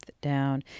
down